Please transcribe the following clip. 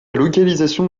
localisation